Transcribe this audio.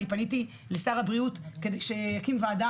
אני פניתי לשר הבריאות כדי שיקים ועדה